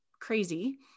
crazy